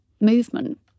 movement